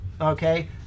Okay